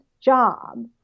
job